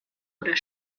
oder